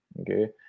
Okay